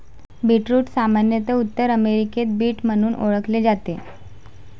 beetroot सामान्यत उत्तर अमेरिकेत बीट म्हणून ओळखले जाते